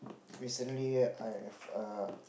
recently I have a